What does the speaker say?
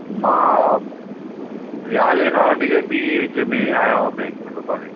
मां यारहें खां वठी करे ॿी जे विच में आहियां उहा बैंक में सुभाणे